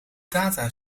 data